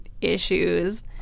issues